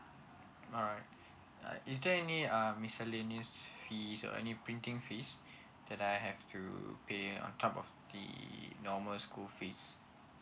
alright uh is there any um miscellaneous fees or any printing fees that I have to pay on top of the normal school fees